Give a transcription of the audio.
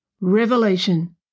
Revelation